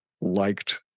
liked